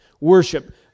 worship